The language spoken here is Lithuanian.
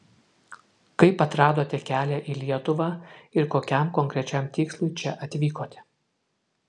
kaip atradote kelią į lietuvą ir kokiam konkrečiam tikslui čia atvykote